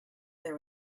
there